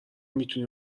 میتونی